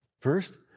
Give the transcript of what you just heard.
First